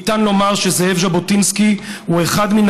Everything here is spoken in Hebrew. ניתן לומר שזאב ז'בוטינסקי הוא אחד מן